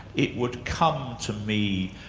it would come to me,